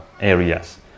areas